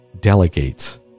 delegates